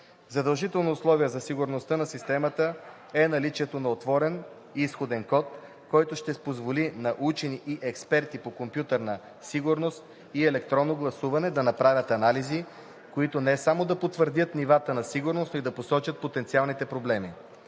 Задължително условие за сигурността на системата е наличието на отворен изходен код, който ще позволи на учени и експерти по компютърна сигурност и електронно гласуване да направят анализи, които не само да потвърдят нивата на сигурност, но и да посочат потенциалните проблеми.